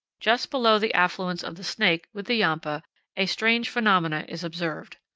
just below the affluence of the snake with the yampa a strange phenomenon is observed.